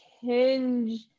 hinge